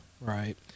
right